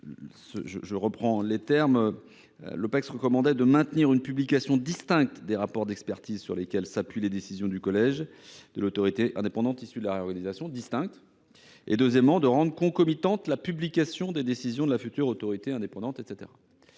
différente. L’Opecst recommandait de « maintenir une publication distincte des rapports d’expertise sur lesquels s’appuient les décisions du collège de l’autorité indépendante issue de la réorganisation » et de « rendre concomitante la publication des décisions de la future autorité indépendante ».